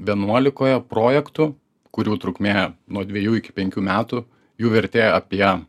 vienuolikoje projektų kurių trukmė nuo dvejų iki penkių metų jų vertė apie